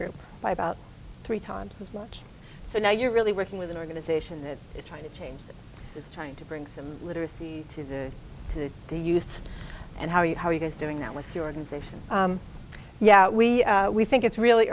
group by about three times as much so now you're really working with an organization that is trying to change that it's trying to bring some literacy to the to the youth and how do you how are you guys doing that with the organization yeah we we think it's really